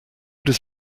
does